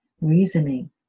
reasoning